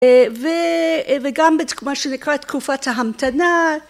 וגם במה שנקרא תקופת ההמתנה